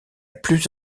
plus